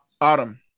Autumn